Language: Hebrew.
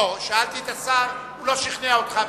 שאלתי את השר, הוא לא שכנע אותך בתשובתו.